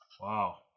Wow